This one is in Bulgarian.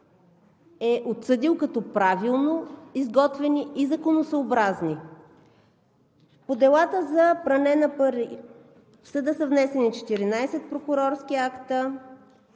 е отсъдил като правилно изготвени и законосъобразни. По делата за пране на пари в съда са внесени 14 прокурорски акта,